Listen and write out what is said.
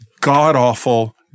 god-awful